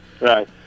Right